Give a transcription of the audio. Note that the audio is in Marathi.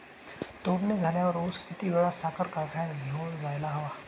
तोडणी झाल्यावर ऊस किती वेळात साखर कारखान्यात घेऊन जायला हवा?